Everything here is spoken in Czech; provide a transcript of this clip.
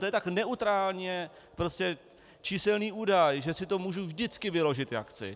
To je tak neutrálně prostě číselný údaj, že si to můžu vždycky vyložit, jak chci.